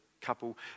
couple